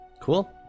Cool